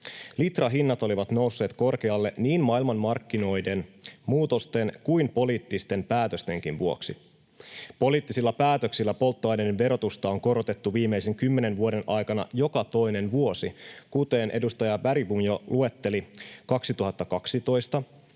Litrahinnat olivat nousseet korkealle niin maailmanmarkkinoiden muutosten kuin poliittisten päätöstenkin vuoksi. Poliittisilla päätöksillä polttoaineiden verotusta on korotettu viimeisen kymmenen vuoden aikana joka toinen vuosi, kuten edustaja Bergbom jo luetteli: 2012,